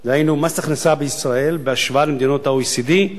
דהיינו מס הכנסה בישראל, בהשוואה למדינות ה-OECD,